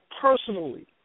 personally